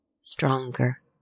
stronger